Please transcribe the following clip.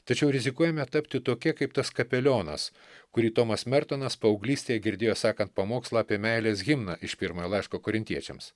tačiau rizikuojame tapti tokie kaip tas kapelionas kurį tomas mertonas paauglystėje girdėjo sakant pamokslą apie meilės himną iš pirmojo laiško korintiečiams